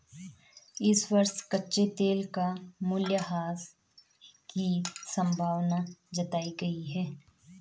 इस वर्ष कच्चे तेल का मूल्यह्रास की संभावना जताई गयी है